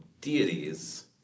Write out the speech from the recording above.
deities